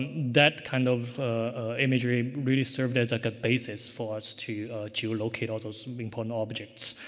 that kind of imagery, really served as like a basis for us to geolocate all those important objects.